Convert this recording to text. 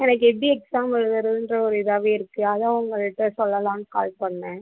எனக்கு எப்படி எக்ஸாம் எழுதுறதுன்ற ஒரு இதாகவே இருக்கு அதான் உங்கள்கிட்ட சொல்லலாம் கால் பண்ணேன்